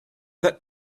that